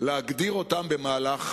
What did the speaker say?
להגדיר אותן במהלך